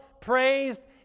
praised